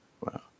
Wow